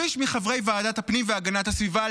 שליש מחברי ועדת הפנים והגנת הסביבה,